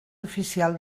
oficial